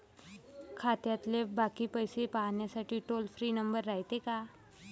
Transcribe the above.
खात्यातले बाकी पैसे पाहासाठी टोल फ्री नंबर रायते का?